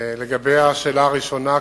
1. לגבי השאלה הראשונה,